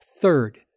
Third